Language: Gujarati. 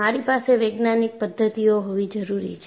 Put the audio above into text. મારી પાસે વૈજ્ઞાનિક પદ્ધતિઓ હોવી જરૂરી છે